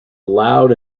loud